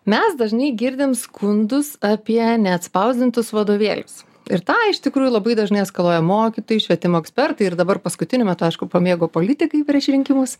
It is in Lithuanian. mes dažnai girdim skundus apie neatspausdintus vadovėlius ir tą iš tikrųjų labai dažnai eskaluoja mokytojai švietimo ekspertai ir dabar paskutiniu metu aišku pamėgo politikai prieš rinkimus